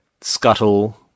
Scuttle